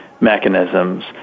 mechanisms